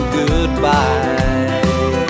goodbye